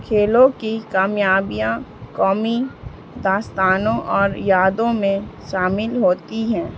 کھیلوں کی کامیابیاں قومی داستانوں اور یادوں میں شامل ہوتی ہیں